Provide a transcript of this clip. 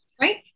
Right